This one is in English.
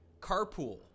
carpool